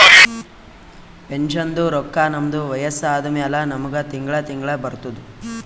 ಪೆನ್ಷನ್ದು ರೊಕ್ಕಾ ನಮ್ದು ವಯಸ್ಸ ಆದಮ್ಯಾಲ ನಮುಗ ತಿಂಗಳಾ ತಿಂಗಳಾ ಬರ್ತುದ್